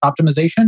optimization